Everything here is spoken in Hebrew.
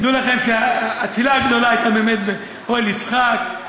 תדעו לכם שהקהילה הגדולה הייתה באמת באוהל יצחק,